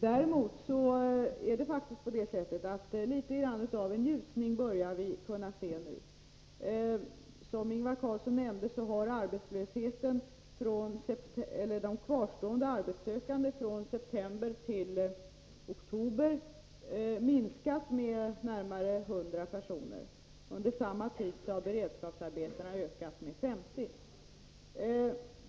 Däremot är det faktiskt på det sättet att vi nu börjar kunna se litet grand av en ljusning. Som Ingvar Karlsson nämnde har antalet kvarstående arbetssökande minskat från september till oktober med närmare 100 personer. Under samma tid har beredskapsarbetena ökat med 50.